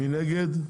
מי נגד?